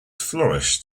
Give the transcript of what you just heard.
flourished